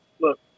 Look